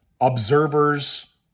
observers